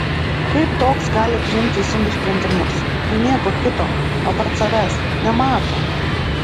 kaip toks gali priimt teisingus sprendimus jei nieko kito apart savęs nemato